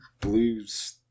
blues